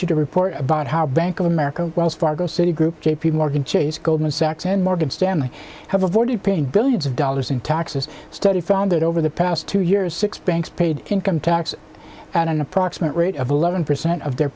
a report about how bank of america wells fargo citigroup j p morgan chase goldman sachs and morgan stanley have avoided paying billions of dollars in taxes study found that over the past two years six banks paid income tax and an approximate rate of eleven percent of their